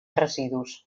residus